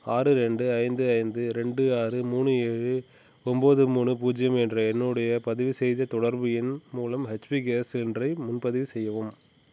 ஆறு ரெண்டு ரெண்டு ஐந்து ஐந்து ரெண்டு ஆறு மூணு ஏழு ஒம்பது மூணு பூஜ்ஜியம் என்ற என்னுடைய பதிவுசெய்த தொடர்பு எண் மூலம் ஹெச்பி கேஸ் சிலிண்டரை முன்பதிவு செய்யவும்